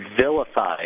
vilified